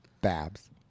Babs